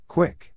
Quick